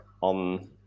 on